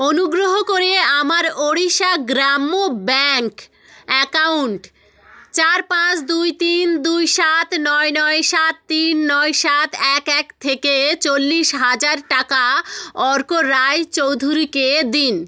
অনুগ্রহ করে আমার ওড়িশা গ্রাম্য ব্যাঙ্ক অ্যাকাউন্ট চার পাঁচ দুই তিন দুই সাত নয় নয় সাত তিন নয় সাত এক এক থেকে চল্লিশ হাজার টাকা অর্ক রায়চৌধুরীকে দিন